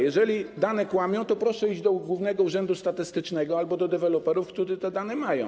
Jeżeli dane kłamią, to proszę iść do Głównego Urzędu Statystycznego albo do deweloperów, którzy te dane mają.